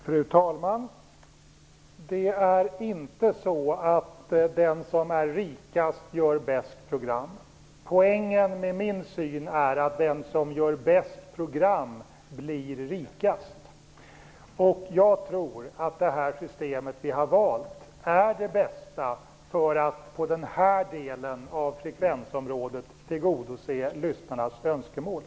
Fru talman! Det är inte så att den som är rikast gör de bästa programmen. Poängen med min syn är att den som gör de bästa programmen blir rikast, och jag tror att det system som vi har valt är det bästa för att på den aktuella delen av frekvensområdet tillgodose lyssnarnas önskemål.